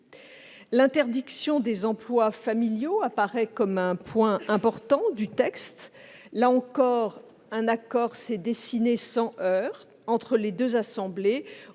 L'interdiction des emplois familiaux apparaît également comme un point important du texte. Là encore, un accord s'est dessiné sans heurts entre les deux assemblées,